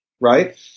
right